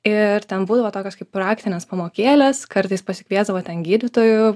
ir ten būdavo tokios kaip praktinės pamokėlės kartais pasikviesdavo ten gydytojų